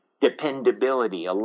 dependability